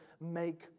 make